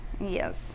yes